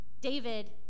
David